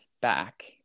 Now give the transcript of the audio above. back